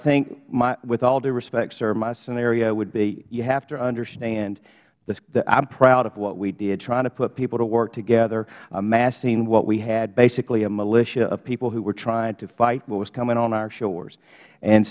think with all due respect sir my scenario would be you have to understand that i'm proud of what we did trying to put people to work together amassing what we had basically a militia of people who were trying to fight what was coming on our shores and